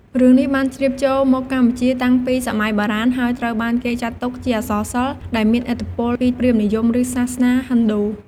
រឿងនេះបានជ្រាបចូលមកកម្ពុជាតាំងពីសម័យបុរាណ ហើយត្រូវបានគេចាត់ទុកជាអក្សរសិល្ប៍ដែលមានឥទ្ធិពលពី ព្រាហ្មណ៍និយម ឬសាសនាហិណ្ឌូ។